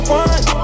one